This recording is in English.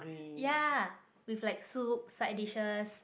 ya with like soup side dishes